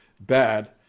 bad